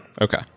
okay